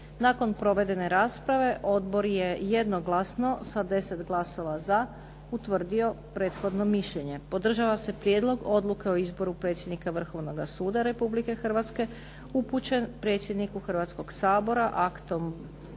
Nakon provedene rasprave odbor je jednoglasno da 10 glasova za utvrdio prethodno mišljenje. Podržava se prijedlog odluke o izboru predsjednika Vrhovnoga suda Republike Hrvatske upućen predsjedniku Hrvatskog sabora aktom